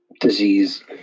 disease